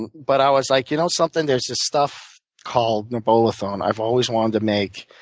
and but i was like, you know something? there's this stuff called norbolethone i've always wanted to make.